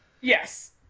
Yes